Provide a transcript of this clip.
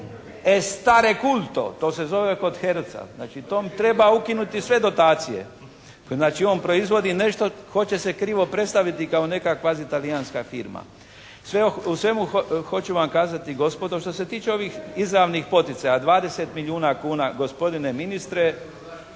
«Estare Culto», to se zove kod Heruca. Znači tom treba ukinuti sve dotacije. Znači on proizvodi nešto. Hoće se krivo predstaviti kao neka kvazi talijanska firma. Sve u svemu hoću vam kazati gospodo što se tiče ovih izravnih poticaja, 20 milijuna kuna gospodine ministre